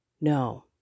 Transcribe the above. No